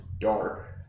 dark